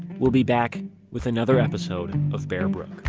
we'll be back with another episode of bear brook